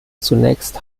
zunächst